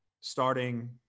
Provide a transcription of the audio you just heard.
starting